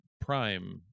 prime